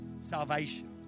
salvation